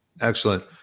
Excellent